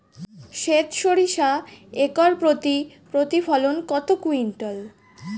সেত সরিষা একর প্রতি প্রতিফলন কত কুইন্টাল?